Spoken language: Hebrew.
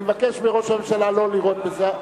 אני מבקש מראש הממשלה לא לראות בזה,